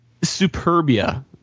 Superbia